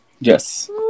Yes